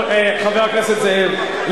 חבר הכנסת זאב,